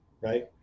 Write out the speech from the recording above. right